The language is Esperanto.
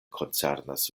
koncernas